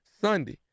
Sunday